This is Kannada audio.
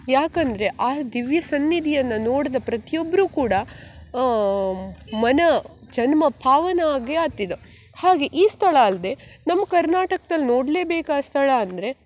ಯಾಕಂದರೆ ಆ ದಿವ್ಯ ಸನ್ನಿಧಿಯನ್ನು ನೋಡಿದ ಪ್ರತಿಯೊಬ್ಬರೂ ಕೂಡ ಮನ ಜನ್ಮ ಪಾವನ ಆಗೇ ಆತಿದ ಹಾಗೆ ಈ ಸ್ಥಳ ಅಲ್ಲದೆ ನಮ್ಮ ಕರ್ನಾಟಕ್ದಲ್ಲಿ ನೋಡ್ಲೇಬೇಕಾದ ಸ್ಥಳ ಅಂದರೆ